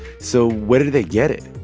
so where did they get it?